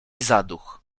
zaduch